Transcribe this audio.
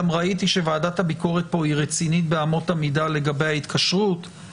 גם ראיתי שוועדת הביקורת פה היא רצינית באמות המידה לגבי ההתקשרות?